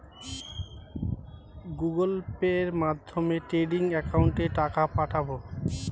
Google পের মাধ্যমে trading একাউন্টে টাকা পাঠাবো?